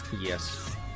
Yes